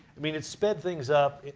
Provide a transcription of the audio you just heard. i mean, it sped things up.